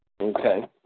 okay